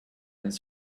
his